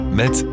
met